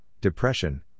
depression